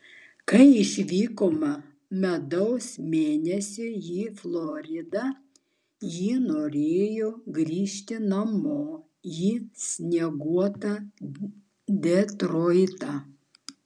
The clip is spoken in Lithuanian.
kai išvykome medaus mėnesiui į floridą ji nenorėjo grįžti namo į snieguotą detroitą